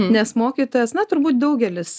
nes mokytojas na turbūt daugelis